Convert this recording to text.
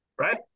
right